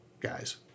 guys